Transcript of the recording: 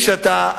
כשאדם,